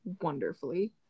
wonderfully